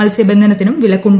മത്സ്യബന്ധനത്തിനും വിലക്കുണ്ട്